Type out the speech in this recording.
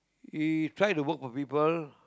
he try to work for people